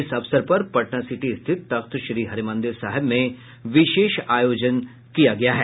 इस अवसर पर पटनासिटी स्थित तख्त श्रीहरिमंदिर साहिब में विशेष आयोजन किया जा रहा है